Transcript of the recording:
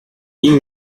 ils